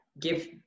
Give